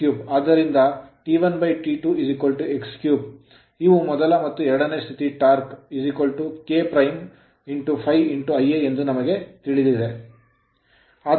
ಆದ್ದರಿಂದ ಇವು ಮೊದಲ ಮತ್ತು ಎರಡನೇ ಸ್ಥಿತಿ torque ಟಾರ್ಕ್ K ∅ Ia ಎಂದು ನಮಗೆ ತಿಳಿದಿದೆ